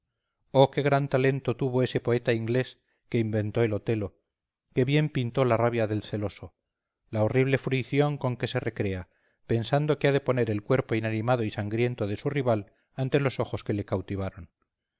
oh qué gran talento tuvo ese poeta inglés que inventó el otelo qué bien pintó la rabia del celoso la horrible fruición con que se recrea pensando que ha de poner el cuerpo inanimado y sangriento de su rival ante los ojos que le cautivaron